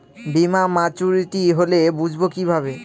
বীমা মাচুরিটি হলে বুঝবো কিভাবে?